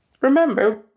remember